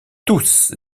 tous